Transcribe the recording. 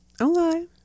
Okay